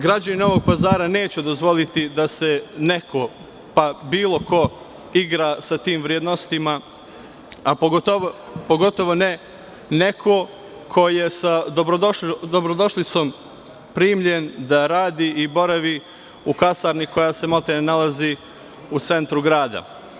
Građani Novog Pazara neće dozvoliti da se neko, pa bilo ko igra sa tim vrednostima, a pogotovo ne neko ko je sa dobrodošlicom primljen da radi i boravi u kasarni koja se maltene nalazi u centru grada.